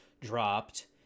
dropped